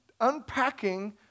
unpacking